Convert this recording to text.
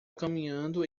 caminhando